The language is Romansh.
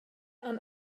han